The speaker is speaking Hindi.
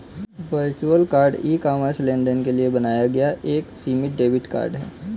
वर्चुअल कार्ड ई कॉमर्स लेनदेन के लिए बनाया गया एक सीमित डेबिट कार्ड है